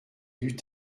eut